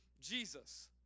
Jesus